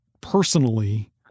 personally